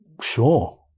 Sure